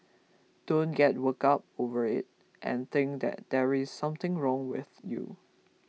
don't get worked up over it and think that there is something wrong with you